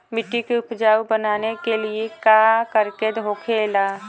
मिट्टी के उपजाऊ बनाने के लिए का करके होखेला?